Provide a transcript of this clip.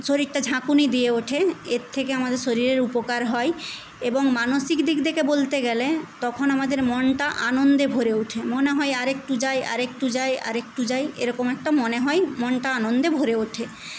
শরীরটা ঝাঁকুনি দিয়ে ওঠে এর থেকে আমাদের শরীরের উপকার হয় এবং মানসিক দিক থেকে বলতে গেলে তখন আমাদের মনটা আনন্দে ভরে ওঠে মনে হয় আর একটু যায় আর একটু যায় আর একটু যায় এরকম একটা মনে হয় মনটা আনন্দে ভরে ওঠে